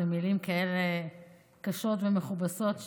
אלה מילים כאלה קשות ומכובסות,